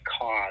cause